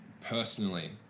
personally